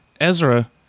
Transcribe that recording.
Ezra